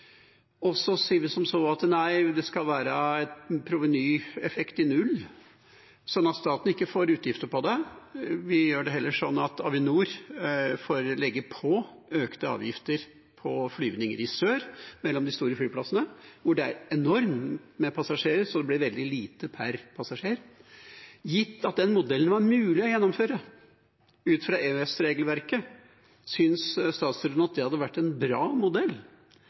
og så sier som så: Nei, det skal være en provenyeffekt i null, sånn at staten ikke får utgifter på det, vi gjør det heller sånn at Avinor får legge på økte avgifter på flyvninger i sør mellom de store flyplassene, hvor det er enormt med passasjerer, så det blir veldig lite per passasjer. Gitt at den modellen var mulig å gjennomføre ut fra EØS-regelverket, synes statsråden at det hadde vært en bra modell?